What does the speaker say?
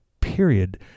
period